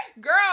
Girl